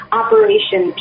operation